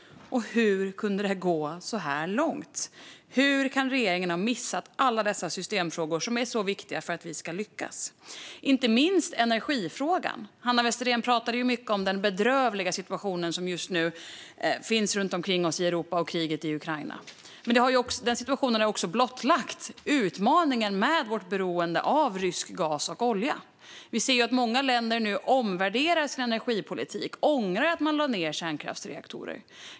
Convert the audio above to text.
Och hur kunde det gå så här långt? Hur kan regeringen ha missat alla dessa systemfrågor, som är så viktiga för att vi ska lyckas? Det gäller inte minst energifrågan. Hanna Westerén pratade mycket om den bedrövliga situation som just nu råder runt omkring oss i Europa och om kriget i Ukraina. Situationen har också blottlagt utmaningen med vårt beroende av rysk gas och olja. Vi ser att många länder nu omvärderar sin energipolitik och ångrar att man lade ned kärnkraftsreaktorer.